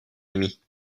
amis